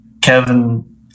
Kevin